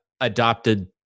adopted